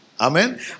Amen